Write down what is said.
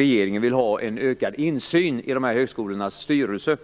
Regeringen vill ha en ökad insyn i dessa högskolors styrelser.